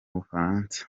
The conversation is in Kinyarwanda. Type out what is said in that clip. bufaransa